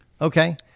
okay